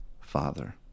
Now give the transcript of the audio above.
Father